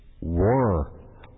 war